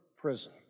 prison